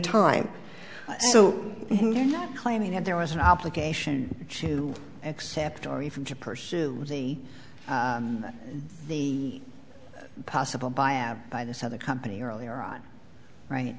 time so claiming that there was an obligation to accept or even to pursue the possible by am by this other company earlier on right